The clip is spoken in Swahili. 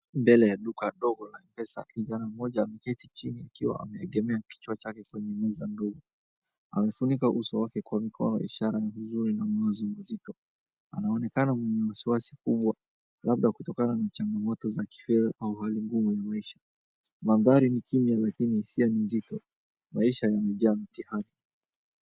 Mbele ya duka dogo la MPESA ,kijana mmoja ameketi chini akiwa ameegemea kichwa chake kwenye meza ndogo. Amefunika uso wake na mikono, ishara ya huzuni na mawazo mazito. Anaonekana mwenye wasiwasi kubwa, labda kutokana na changamoto za kifedha au hali ngumu ya maisha. Mandhari ni kimya lakini hisia ni nzito, maisha yamejaa mitihani.